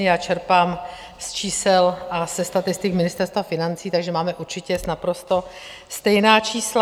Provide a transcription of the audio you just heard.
Já čerpám z čísel a ze statistik Ministerstva financí, takže máme určitě naprosto stejná čísla.